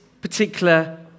particular